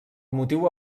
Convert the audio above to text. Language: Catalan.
motiu